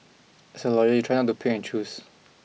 as a lawyer you try not to pick and choose